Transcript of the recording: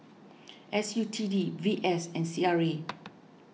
S U T D V S and C R A